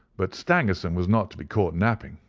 but stangerson was not to be caught napping.